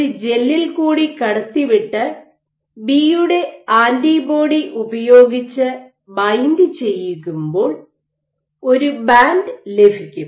ഒരു ജെല്ലിൽ കൂടി കടത്തിവിട്ട് ബി യുടെ ആന്റിബോഡി ഉപയോഗിച്ച് ബൈൻഡ് ചെയ്യിക്കുമ്പോൾ ഒരു ബാൻഡ് ലഭിക്കും